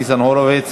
לא התקבלה.